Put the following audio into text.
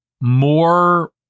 more